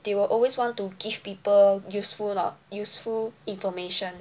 they will always want to give people useful useful information